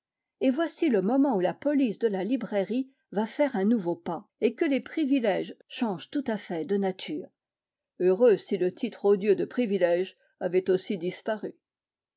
et voici le moment où la police de la librairie va faire un nouveau pas et que les privilèges changent tout à fait de nature heureux si le titre odieux de privilège avait aussi disparu